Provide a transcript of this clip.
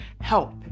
help